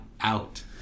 out